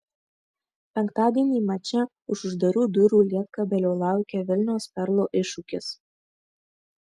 penktadienį mače už uždarų durų lietkabelio laukia vilniaus perlo iššūkis